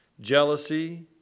jealousy